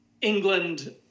England